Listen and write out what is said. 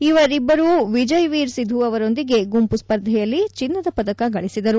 ಇವರಿಬ್ಲರೂ ವಿಜಯ್ವೀರ್ ಸಿಧು ಅವರೊಂದಿಗೆ ಗುಂಪು ಸ್ಪರ್ಧೆಯಲ್ಲಿ ಚಿನ್ನದ ಪದಕ ಗಳಿಸಿದರು